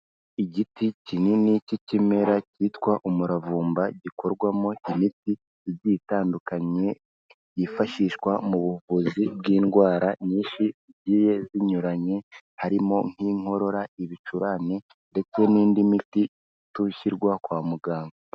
Igiti kinini cy'ikimera cyitwa umuravumba gikorwamo imiti igiye itandukanye yifashishwa mu buvuzi bw'indwara nyinshi zigiye zinyuranye harimo nk'inkorora, ibicurane ndetse n'indi miti itishyurwa kwa muganga.